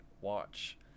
watch